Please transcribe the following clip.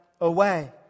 away